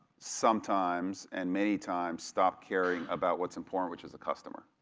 sometimes and many times stop caring about whats important, which is the customer.